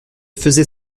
faisait